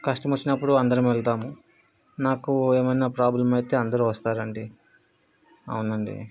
కష్టం వచ్చినప్పుడు అందరం వెళ్తాము నాకు ఏమైనా ప్రాబ్లం అయితే అందరు వస్తారు అండి అవును అండి